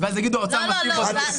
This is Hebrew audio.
ואז יגידו שהאוצר מסתיר באותיות קטנות.